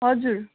हजुर